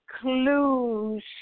clues